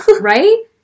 Right